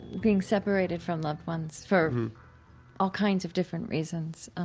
being separated from loved ones for all kinds of different reasons,